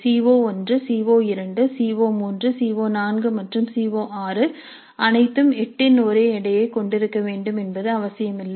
C ஓ1 C ஓ2 C ஓ3 சி ஓ4 மற்றும் சி ஓ6 அனைத்தும் 8 இன் ஒரே எடையைக் கொண்டிருக்க வேண்டும் என்பது அவசியமில்லை